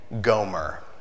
Gomer